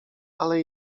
ale